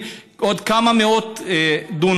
עם עוד כמה מאות דונמים,